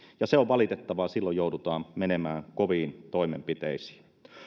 se on valitettavaa ja silloin joudutaan menemään koviin toimenpiteisiin